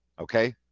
okay